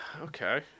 Okay